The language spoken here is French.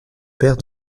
père